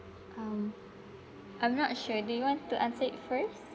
I um I'm not sure do you want to answer it first